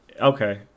okay